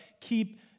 keep